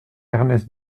ernest